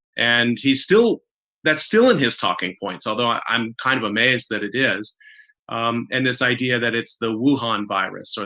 and he's still that's still in his talking points, although i'm kind of amazed that it is um and this idea that it's the one horn virus, so